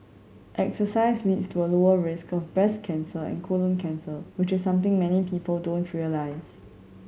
exercise leads to a lower risk of breast cancer and colon cancer which is something many people don't realise